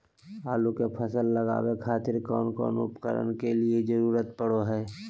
आलू के फसल लगावे खातिर कौन कौन उपकरण के जरूरत पढ़ो हाय?